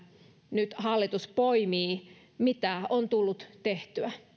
nyt hallitus poimii mitä on tullut tehtyä